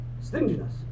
stinginess